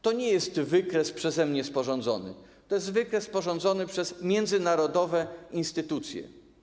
To nie jest wykres przeze mnie sporządzony, to jest wykres sporządzony przez międzynarodowe instytucje.